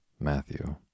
Matthew